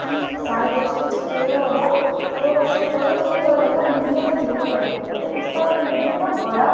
की साढ़े देश बिच केह् होआ दा ते हून असेंगी कोह्दे थ्रू पता लगदा मीडिया दे थ्रू पता लगदा ते उसदे च इक्क मीडिया दा बड़ा